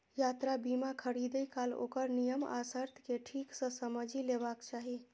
यात्रा बीमा खरीदै काल ओकर नियम आ शर्त कें ठीक सं समझि लेबाक चाही